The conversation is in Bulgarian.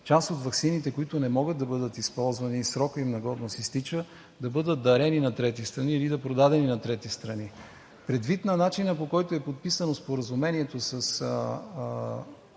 част от ваксините, които не могат да бъдат използвани и срокът им на годност изтича, да бъдат дарени на трети страни или продадени на трети страни. Предвид начина, по който е подписано Споразумението с